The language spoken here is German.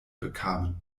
bekamen